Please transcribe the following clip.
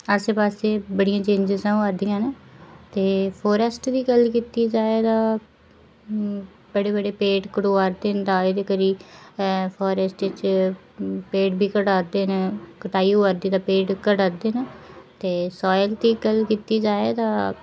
आस्सै पास्सै बड़ियां चेंज़स होआ दियां न ते फॉरैस्ट दी गल्ल कीती जा तां बड़े बड़े पेड़ कटोआ दे न ते एह्दे करी फॉरेस्ट च पेड़ बी घटा दे न कटाई होआ दी ते पेड़ घटा दे न ते सॉयल दी गल्ल कीती जा तां